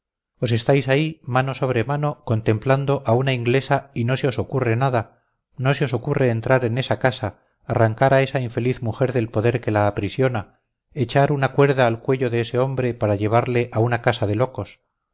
os estáis ahí mano sobre mano contemplando a una inglesa y no se os ocurre nada no se os ocurre entrar en esa casa arrancar a esa infeliz mujer del poder que la aprisiona echar una cuerda al cuello de ese hombre para llevarle a una casa de locos